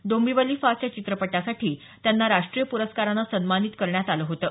Dombivli fast या चित्रपटासाठी त्यांना राष्ट्रीय चित्रपट प्रस्कारानं सन्मानित करण्यात आलं होतं